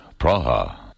Praha